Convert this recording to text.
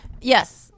yes